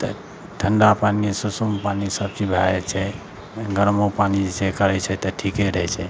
तऽ ठण्डा पानि सुसुम पानि सब चीज भए जाइ छै गरमो पानि जे छै करय छै तऽ ठीके रहय छै